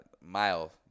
mile